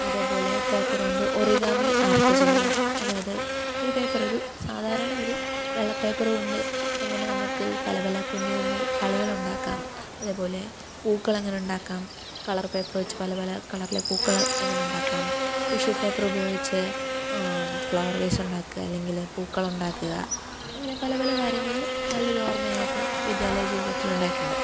അതേപോലെ പേപ്പറുകൊണ്ട് origami art ചെയ്യുക അതായത് ഒരു പേപ്പർ ഒരു സാധാരണ ഒരു വെള്ള പേപ്പറുകൊണ്ട് എങ്ങനെ നമുക്ക് പലപല കുഞ്ഞുകുഞ്ഞ് കളികളുണ്ടാക്കാം അതേപോലെ പൂക്കളെങ്ങനെ ഉണ്ടാക്കാം കളർ പേപ്പറുവെച്ച് പലപല കളറിൽ പൂക്കൾ എങ്ങനെയുണ്ടാക്കാം ടിഷ്യു പേപ്പറുപയോഗിച്ച് ഫ്ലവർ ബേസ്സുണ്ടാക്കുക അല്ലെങ്കിൽ പൂക്കളുണ്ടാക്കുക അങ്ങനെ പലപല കാര്യങ്ങൾ നല്ലൊരോർമ്മയായിട്ട് വിദ്യാലയ ജീവിതത്തിലുണ്ടായിട്ടുണ്ട്